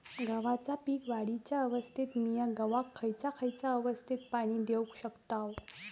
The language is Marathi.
गव्हाच्या पीक वाढीच्या अवस्थेत मिया गव्हाक खैयचा खैयचा अवस्थेत पाणी देउक शकताव?